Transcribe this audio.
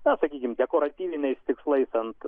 na sakykim dekoratyviniais tikslais ant